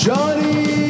Johnny